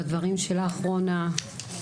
והדברים שלך, רונה.